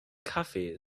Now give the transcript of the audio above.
kaffee